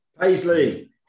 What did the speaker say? Paisley